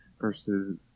versus